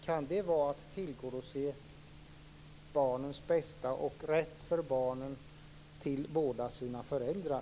Kan det vara att tillgodose barnets bästa och barnets rätt till båda sina föräldrar?